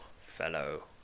fellow